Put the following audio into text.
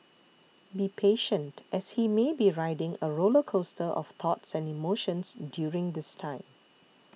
be patient as he may be riding a roller coaster of thoughts and emotions during this time